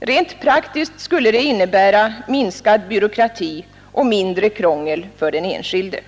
Rent praktiskt skulle det innebära minskad byråkrati och mindre krångel för den enskilde.